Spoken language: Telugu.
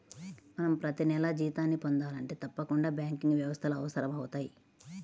మనం ప్రతినెలా జీతాన్ని పొందాలంటే తప్పకుండా బ్యాంకింగ్ వ్యవస్థలు అవసరమవుతయ్